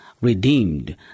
redeemed